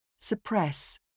suppress